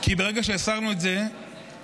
כי ברגע שהסרנו את זה מהרשתות,